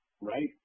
right